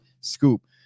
Scoop